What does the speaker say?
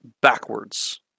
backwards